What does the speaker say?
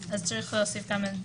צריך להוסיף גם את זה.